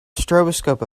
stroboscope